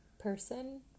person